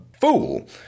fool